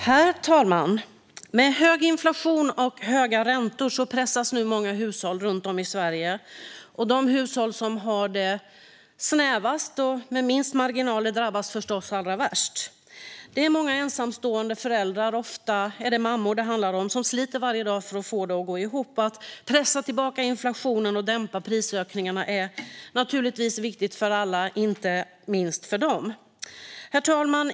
Herr talman! Med hög inflation och höga räntor pressas nu många hushåll runt om i Sverige, och de hushåll som har det snävast och har minst marginaler drabbas förstås allra värst. Det är många ensamstående föräldrar - ofta är det mammor det handlar om - som sliter varje dag för att få det att gå ihop. Att pressa tillbaka inflationen och dämpa prisökningarna är naturligtvis viktigt för alla och inte minst för dem. Herr talman!